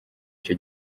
ico